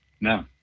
No